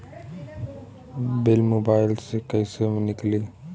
Bill mobile से कईसे निकाली?